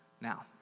Now